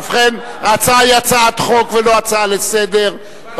ובכן, ההצעה היא הצעת חוק ולא הצעה לסדר-היום.